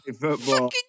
Football